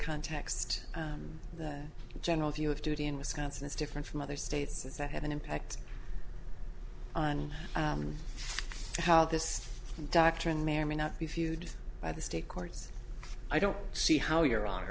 context the general view of duty in wisconsin is different from other states that have an impact on how this doctrine may or may not be viewed by the state courts i don't see how your honor